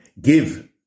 give